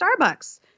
Starbucks